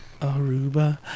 Aruba